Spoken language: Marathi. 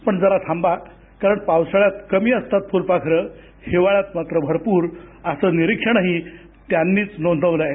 पण जरा थांबा कारण पावसाळ्यात कमी असतात फुलपाखरं हिवाळ्यात मात्र भरतूर असं निरिक्षणही त्यानी या संशोधनात नोंदवलेलं आहे